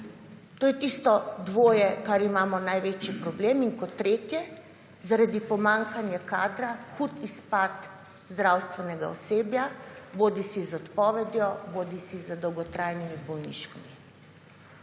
To je tisto dvoje kjer imamo največji problem. In kot tretje, zaradi pomanjkanja kadar hud izpad zdravstvenega osebja, bodisi z odpovedjo, bodisi z dolgotrajnimi bolniškami.